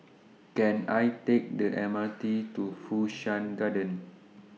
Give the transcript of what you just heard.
Can I Take The M R T to Fu Shan Garden